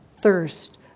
thirst